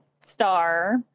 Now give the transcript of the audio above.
star